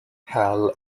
hal